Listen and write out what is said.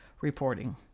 reporting